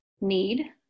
need